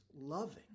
loving